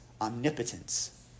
omnipotence